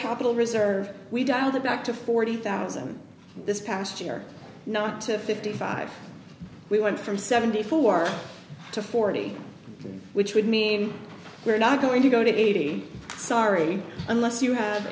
capital reserve we down the back to forty thousand this past year not to fifty five we went from seventy four to forty which would mean we're not going to go to eighty sorry unless you have